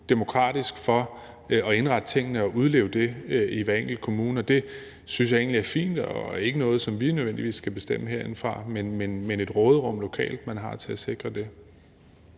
demokratisk at indrette tingene og udleve det i hver enkelt kommune. Og det synes jeg egentlig er fint og ikke noget, som vi nødvendigvis skal bestemme herindefra. Der er et råderum, man lokalt har til at sikre det.